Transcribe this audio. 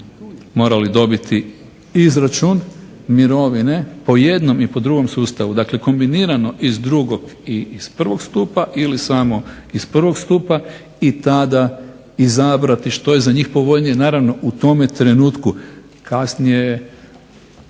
morali dobiti izračun mirovine po jednom i po drugom sustavu. Dakle, kombinirano iz drugog i iz prvog stupa ili samo iz prvog stupa i tada izabrati što je za njih povoljnije naravno u tome trenutku. Kasnije,